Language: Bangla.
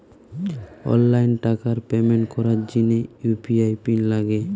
অনলাইন টাকার পেমেন্ট করার জিনে ইউ.পি.আই পিন লাগে